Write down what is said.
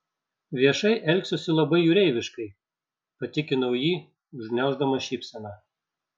viešai elgsiuosi labai jūreiviškai patikinau jį užgniauždama šypseną